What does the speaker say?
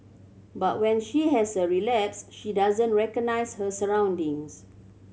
but when she has a relapse she doesn't recognise her surroundings